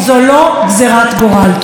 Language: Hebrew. אני מבקש להקפיד על מסגרת הזמן.